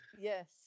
Yes